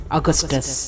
Augustus